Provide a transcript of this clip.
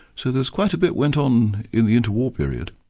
so there's quite a bit went on in the inter-war period.